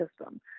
system